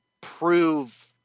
prove